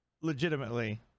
legitimately